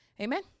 amen